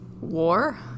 War